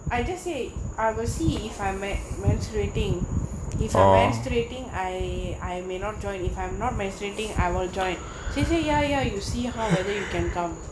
I just say I will see if I men~ menstruating if I am menstruating I I may not join if I am not menstruating I will join she say ya ya you see how whether you can come